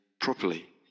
properly